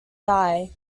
die